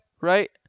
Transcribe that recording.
right